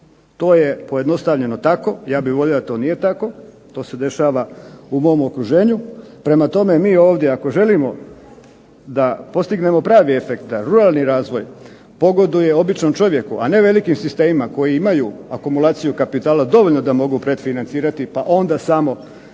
To je pojednostavljeno tako, ja bih volio da to nije tako. To se dešava u mom okruženju. Prema tome, mi ovdje ako želimo da postignemo pravi efekt da ruralni razvoj pogoduje običnom čovjeku, a ne velikim sistemima koji imaju akumulaciju kapitala dovoljnu da mogu predfinancirati pa onda samo se